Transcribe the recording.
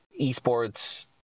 Esports